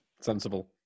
Sensible